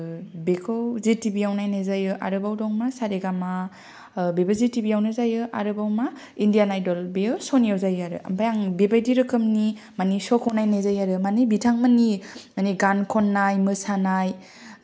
बेखौ Zee T V याव नायनाय जायो आरोबाव दं मा सारेगामा बेबो जि थिबि आवनो जायो आरोबाव मा इण्डियान आयडल बियो सनियाव जायो ओमफाय आं बेबादि रोखोमनि श'खौ नायनाय जायो आरो मानि बिथांमोननि मानि गान खननाय मोसानाय